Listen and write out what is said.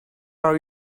are